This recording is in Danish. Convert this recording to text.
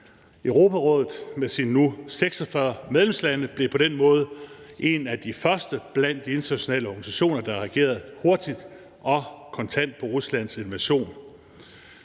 Europarådet blev med sine nu 46 medlemslande på den måde en af de første blandt de internationale organisationer, der reagerede hurtigt og kontant på Ruslands invasion.